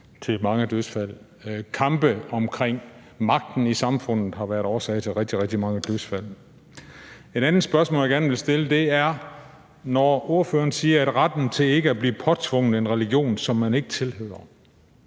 til mange dødsfald – kampe om magten i samfundet har været årsag til rigtig, rigtig mange dødsfald. Et andet spørgsmål, jeg gerne vil stille, er i forhold til det, ordføreren siger om retten til ikke at blive påtvunget en religion, som man ikke tilhører.